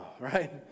right